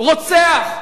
רוצח.